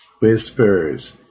whispers